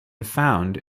found